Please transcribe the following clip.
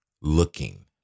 looking